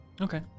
Okay